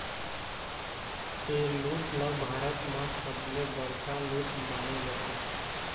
ए लूट ल भारत म सबले बड़का लूट माने जाथे